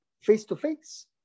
face-to-face